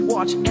Watch